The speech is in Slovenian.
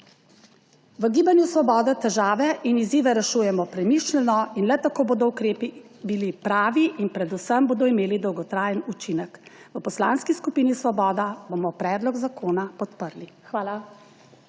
V gibanju Svobode težave in izzive rešujemo premišljeno, le tako bodo ukrepi pravi in predvsem bodo imeli dolgotrajni učinek. V Poslanski skupini Svoboda bomo predlog zakona podprli. Hvala.